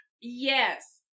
Yes